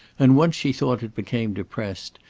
and once she thought it became depressed,